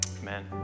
Amen